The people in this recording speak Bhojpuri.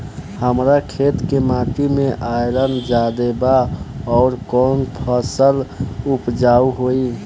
हमरा खेत के माटी मे आयरन जादे बा आउर कौन फसल उपजाऊ होइ?